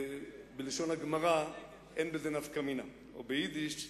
בלשון הגמרא, אין בזה נפקא מינה, או ביידיש,